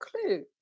clue